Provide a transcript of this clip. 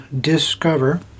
discover